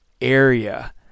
area